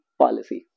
policy